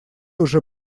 уже